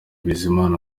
bizimana